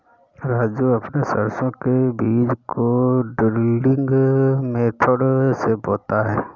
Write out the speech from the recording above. राजू अपने सरसों के बीज को ड्रिलिंग मेथड से बोता है